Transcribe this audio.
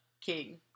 king